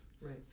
Right